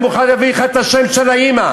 אני יכול להביא לך את השם של האימא,